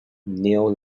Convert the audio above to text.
neon